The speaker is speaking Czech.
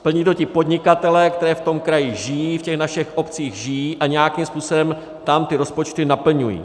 Plní to ti podnikatelé, kteří v tom kraji žijí, v těch našich obcích žijí a nějakým způsobem tam ty rozpočty naplňují.